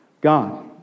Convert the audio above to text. God